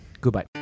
Goodbye